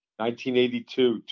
1982